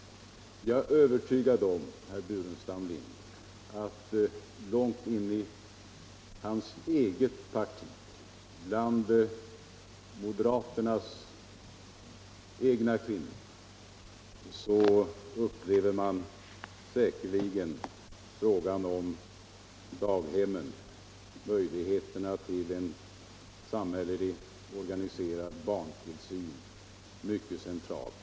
Jag är övertygad om att inom herr Burenstam Linders eget parti, bland moderaternas egna kvinnor, upplever man säkerligen frågan om daghemmen, möjligheterna till en organiserad samhällelig barntillsyn såsom mycket central.